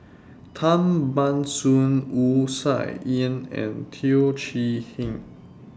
Tan Ban Soon Wu Tsai Yen and Teo Chee Hean